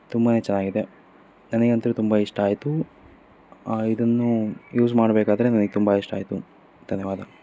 ತುಂಬಾ ಚೆನ್ನಾಗಿದೆ ನನಗ್ ಅಂತೂ ತುಂಬ ಇಷ್ಟ ಆಯಿತು ಇದನ್ನು ಯೂಸ್ ಮಾಡಬೇಕಾದ್ರೆ ನನಗ್ ತುಂಬ ಇಷ್ಟ ಆಯಿತು ಧನ್ಯವಾದ